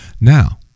Now